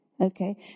okay